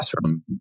classroom